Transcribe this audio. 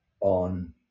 on